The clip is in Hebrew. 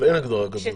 אבל אין הגדרה כזאת.